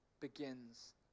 begins